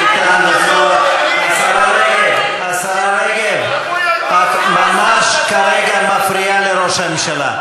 השרה רגב, את ממש כרגע מפריעה לראש הממשלה.